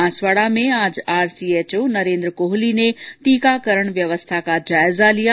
बांसवाडा में आज आरसीएचओ नरेन्द्र कोहली ने टीकाकरण व्यवस्था का जायजा लिया